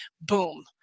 boom